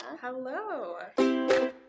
Hello